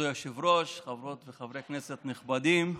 כבוד היושב-ראש, חברות וחברי כנסת נכבדים,